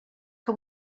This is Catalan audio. que